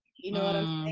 you know